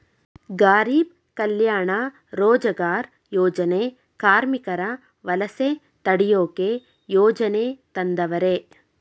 ಗಾರೀಬ್ ಕಲ್ಯಾಣ ರೋಜಗಾರ್ ಯೋಜನೆ ಕಾರ್ಮಿಕರ ವಲಸೆ ತಡಿಯೋಕೆ ಯೋಜನೆ ತಂದವರೆ